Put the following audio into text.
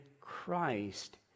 Christ